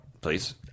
Please